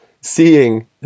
seeing